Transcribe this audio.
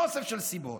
מאוסף של סיבות,